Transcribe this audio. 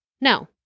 no